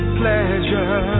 pleasure